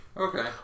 Okay